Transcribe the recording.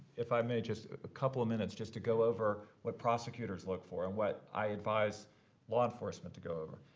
if i may just a couple of minutes, just to go over what prosecutors look for and what i advise law enforcement to go over.